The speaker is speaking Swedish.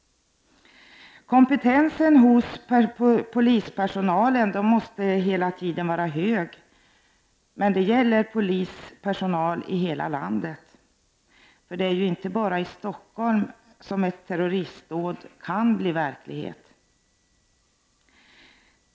Kompetensen hos polispersonalen måste hela tiden vara hög, men det gäller polispersonal i hela landet. Det är ju inte bara i Stockholm som ett terroristdåd kan bli verklighet.